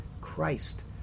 Christ